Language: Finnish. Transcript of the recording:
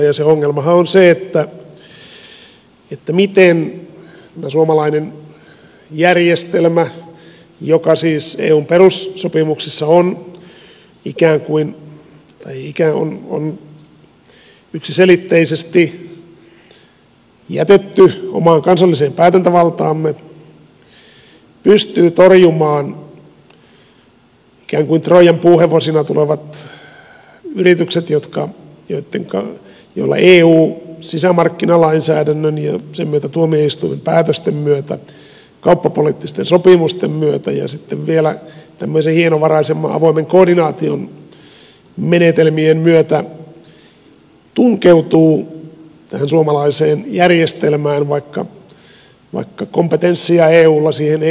ja se ongelmahan on se miten tämä suomalainen järjestelmä joka siis eun perussopimuksessa on yksiselitteisesti jätetty omaan kansalliseen päätäntävaltaamme pystyy torjumaan ikään kuin troijan puuhevosina tulevat yritykset joilla eu sisämarkkinalainsäädännön ja sen myötä tuomioistuimen päätösten myötä kauppapoliittisten sopimusten myötä ja sitten vielä tämmöisen hienovaraisemman avoimen koordinaa tion menetelmien myötä tunkeutuu tähän suo malaiseen järjestelmään vaikka kompetenssia eulla siihen ei oikeasti ole